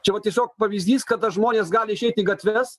čia vat tiesiog pavyzdys kada žmonės gali išeit į gatves